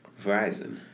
verizon